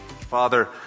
Father